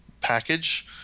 package